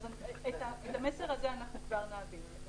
את המסר הזה אנחנו כבר נעביר.